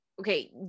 okay